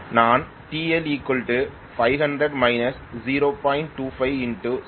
நான் TL 500 −0